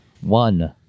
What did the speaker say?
One